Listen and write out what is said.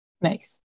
Nice